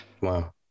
Wow